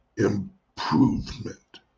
Improvement